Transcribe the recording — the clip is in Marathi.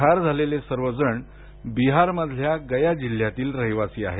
ठार झालेले सर्व जण बिहार मधील गया जिल्ह्यातील रहिवासी आहेत